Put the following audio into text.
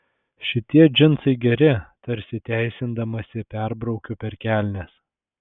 šitie džinsai geri tarsi teisindamasi perbraukiu per kelnes